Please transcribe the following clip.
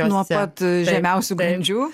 nuo pat žemiausių grandžių